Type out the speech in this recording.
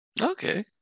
Okay